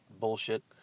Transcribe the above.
bullshit